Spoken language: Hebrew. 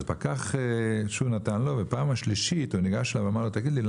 אז פקח שוב נתן לו ובפעם השלישית הוא ניגש אליו ואמר לו: תגיד לי,